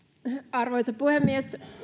arvoisa puhemies